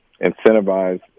incentivize